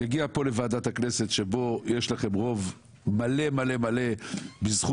יגיע פה לוועדת הכנסת שבה יש לכם רוב מלא מלא מלא בזכות